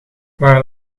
waar